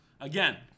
Again